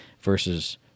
versus